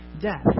death